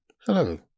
Hello